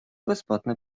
bezpłatne